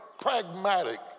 pragmatic